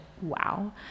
Wow